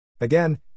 Again